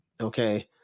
okay